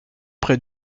près